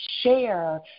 share